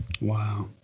Wow